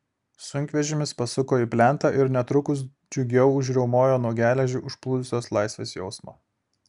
sunkvežimis pasuko į plentą ir netrukus džiugiau užriaumojo nuo geležį užplūdusios laisvės jausmo